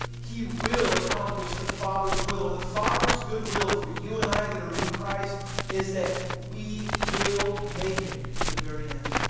he will accomplish the father's will and the father's good will for you and i that are in christ is that we will make it to the very end,